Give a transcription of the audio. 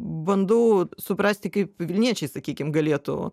bandau suprasti kaip vilniečiai sakykim galėtų